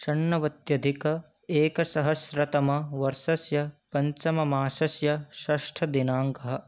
षण्णवत्यधिक एकसहस्रतमवर्षस्य पञ्चममासस्य षष्ठदिनाङ्कः